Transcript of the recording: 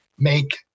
make